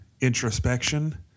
introspection